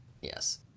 Yes